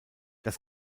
das